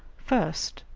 first,